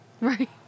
right